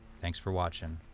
thanks for watching!